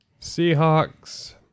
Seahawks